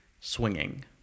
swinging